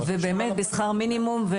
ובאמת, בשכר מינימום.